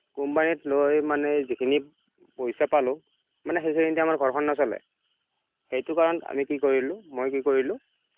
কোম্পানীত লৈ মানে যিখিনি পইচা পালোঁ মানে সেইখিনি টাইমত ঘৰখন নচলে সেইটো কাৰণে আমি কি কৰিলোঁ মই কি কৰিলোঁ